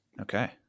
Okay